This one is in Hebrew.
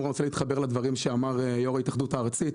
אני כמובן רוצה להתחבר לדברים שאמר יו"ר ההתאחדות הארצית.